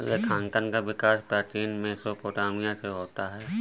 लेखांकन का विकास प्राचीन मेसोपोटामिया से होता है